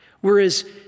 whereas